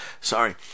Sorry